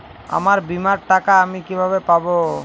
আমার বীমার টাকা আমি কিভাবে পাবো?